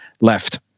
left